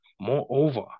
Moreover